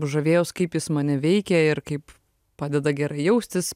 žavėjaus kaip jis mane veikė ir kaip padeda gerai jaustis